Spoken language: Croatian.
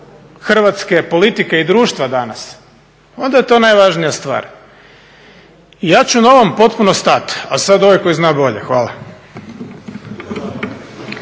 Hrvatske politike i društva danas, onda je to najvažnija stvar. Ja ću na ovom potpuno stati, a sad ovaj tko zna bolje. Hvala.